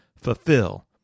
fulfill